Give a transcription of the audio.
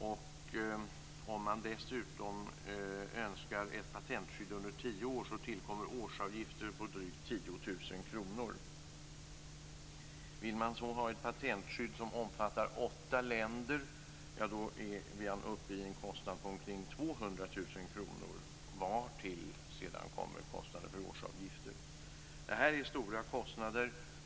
Om man dessutom önskar ett patentskydd under tio år tillkommer årsavgifter på drygt 10 000 kr. Om man vill ha ett patentskydd som omfattar åtta länder är man uppe i en kostnad på omkring 200 000 kr vartill sedan kommer kostnader för årsavgifter. Det här är stora kostnader.